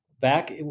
back